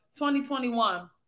2021